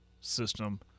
system